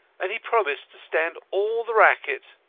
and he promised to stand all the racket.